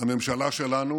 הממשלה שלנו